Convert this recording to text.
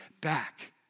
back